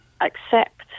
accept